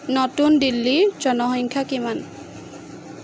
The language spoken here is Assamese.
নতুন দিল্লীৰ জনসংখ্যা কিমান